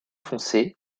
foncé